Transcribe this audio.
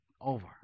over